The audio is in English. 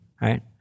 Right